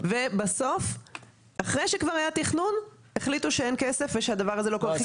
ובסוף אחרי שכבר היה תכנון החליטו שאין כסף ושהדבר הזה לא קורה.